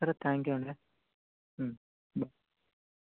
సరే thank you అండి